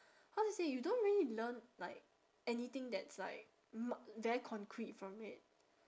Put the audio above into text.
how to say you don't really learn like anything that's like m~ very concrete from it